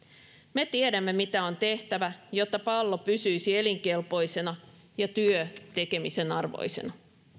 me tiedämme mitä on tehtävä jotta pallo pysyisi elinkelpoisena ja työ tekemisen arvoisena